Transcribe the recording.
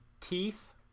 teeth